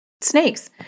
snakes